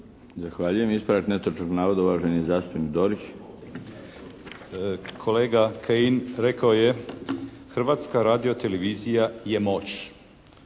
Zahvaljujem. Ispravak netočnog navoda uvaženi zastupnik Dorić. **Dorić, Miljenko (HNS)** Kolega Kajin rekao je Hrvatska radiotelevizija je moć.